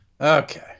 Okay